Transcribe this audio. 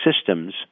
systems